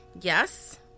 yes